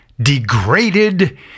degraded